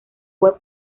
web